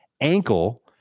Ankle